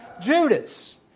Judas